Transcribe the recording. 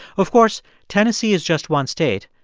of course, tennessee is just one state,